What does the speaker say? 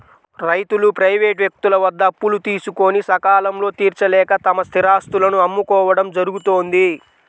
రైతులు ప్రైవేటు వ్యక్తుల వద్ద అప్పులు తీసుకొని సకాలంలో తీర్చలేక తమ స్థిరాస్తులను అమ్ముకోవడం జరుగుతోంది